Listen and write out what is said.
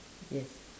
yes